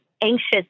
anxious